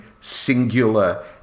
singular